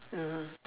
(uh huh)